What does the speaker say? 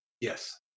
Yes